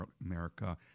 America